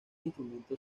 instrumento